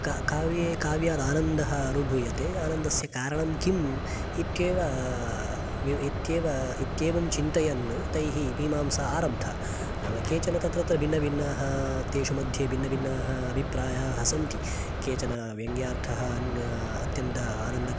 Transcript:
काव्ये काव्यादानन्दः अनुभूयते आनन्दस्य कारणं किम् इत्येव इत्येव इत्येवं चिन्तयन् तैः मीमांसा आरब्धा नाम केचन तत्र तत्र भिन्न भिन्नाः तेषु मध्ये भिन्न भिन्नाः अभिप्रायाः सन्ति केचन व्यङ्ग्यार्थः अत्यन्त आनन्दकः